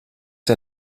der